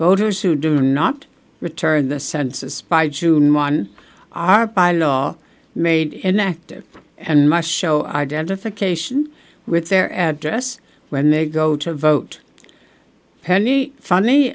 voters who do not return the census by june one are by law made inactive and my show identification with their address when they go to vote